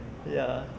ya